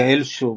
יעל שוב,